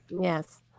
Yes